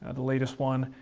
ah the latest one.